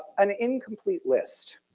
an incomplete list.